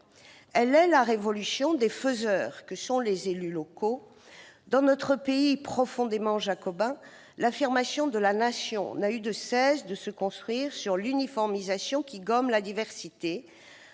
Elle est la révolution des faiseurs que sont les élus locaux. Dans notre pays à la culture profondément jacobine, l'affirmation de la Nation n'a eu de cesse de se construire sur l'uniformisation qui gomme la diversité,